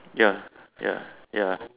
ya